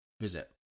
visit